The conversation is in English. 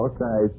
Okay